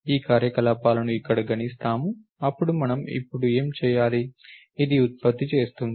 ఈ కార్యకలాపాలను ఇక్కడ గణిస్తాము అప్పుడు మనం ఇప్పుడు ఏమి చేయాలి ఇది ఉత్పత్తి చేస్తుంది